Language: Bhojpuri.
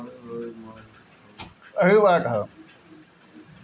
इ किसान कुल के फसल बेचे खातिर एगो मंच हवे